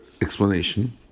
explanation